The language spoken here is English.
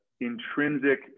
intrinsic